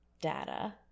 data